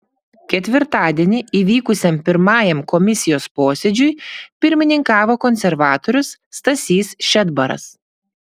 ketvirtadienį įvykusiam pirmajam komisijos posėdžiui pirmininkavo konservatorius stasys šedbaras